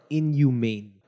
inhumane